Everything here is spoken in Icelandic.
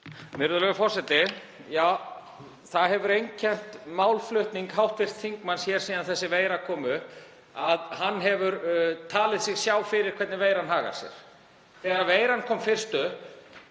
Virðulegur forseti. Já, það hefur einkennt málflutning hv. þingmanns hér síðan þessi veira kom upp að hann hefur talið sig sjá fyrir hvernig veiran hagar sér. Þegar veiran kom fyrst